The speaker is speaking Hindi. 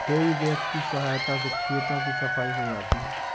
हेइ रेक की सहायता से खेतों की सफाई हो जाती है